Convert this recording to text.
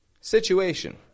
situation